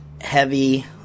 heavy